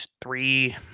three